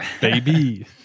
baby